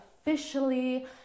Officially